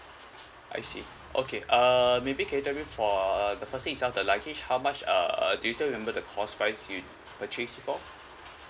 I see okay uh maybe can you tell me for the first thing itself the luggage how much uh uh do you still remember the cost price you purchase before